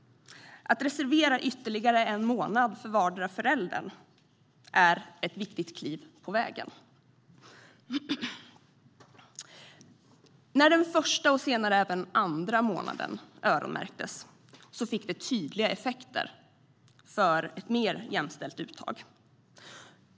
Att reservera ytterligare en månad för vardera föräldern är ett viktigt kliv på vägen. När den första och senare även den andra månaden öronmärktes fick det tydliga effekter för ett mer jämställt uttag.